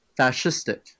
fascistic